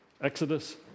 Exodus